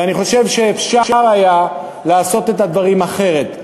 ואני חושב שאפשר היה לעשות את הדברים אחרת.